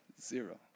Zero